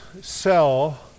cell